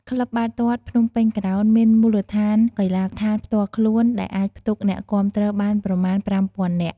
ក្លឹបបាល់ទាត់ភ្នំពេញក្រោនមានមូលដ្ឋានកីឡដ្ឋានផ្ទាល់ខ្លួន ដែលអាចផ្ទុកអ្នកគាំទ្របានប្រមាណ ៥,០០០ នាក់។